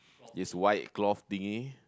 this white cloth thingy